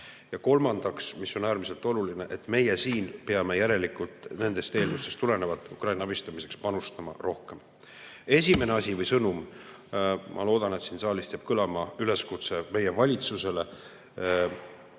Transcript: Ja kolmandaks, mis on äärmiselt oluline, meie siin peame järelikult nendest eeldustest tulenevalt Ukraina abistamiseks panustama rohkem. Esimene asi või sõnum. Ma loodan, et siit saalist jääb kõlama üleskutse meie valitsusele